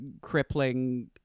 crippling